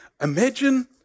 Imagine